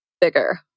bigger